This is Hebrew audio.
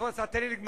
תן לי לגמור.